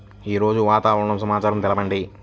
ఈరోజు వాతావరణ సమాచారం తెలుపండి